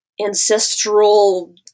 ancestral